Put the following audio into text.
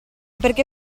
perché